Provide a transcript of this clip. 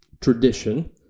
tradition